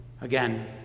Again